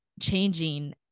changing